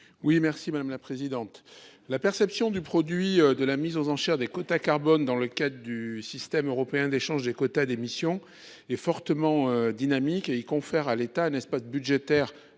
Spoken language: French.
à M. Stéphane Sautarel. La perception du produit de la mise aux enchères des quotas carbone dans le cadre du système européen d’échange de quotas d’émission de l’UE, fortement dynamique, confère à l’État un espace budgétaire